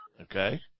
Okay